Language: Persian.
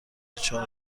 چهار